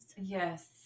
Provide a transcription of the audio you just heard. Yes